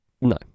no